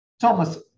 Thomas